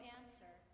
answer